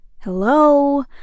hello